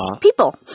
people